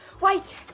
Wait